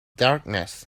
darkness